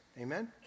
Amen